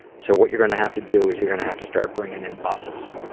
so what you're going to have to do, is you're going to have to start bringing in buses,